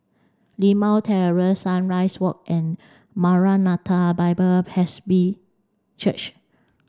Limau Terrace Sunrise Walk and Maranatha Bible Presby Church